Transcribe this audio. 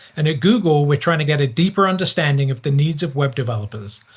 and at google we're trying to get a deeper understanding of the needs of web developers,